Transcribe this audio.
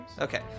Okay